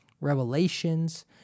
revelations